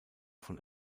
von